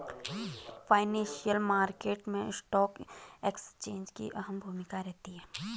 financial market मैं stock exchange की अहम भूमिका रहती है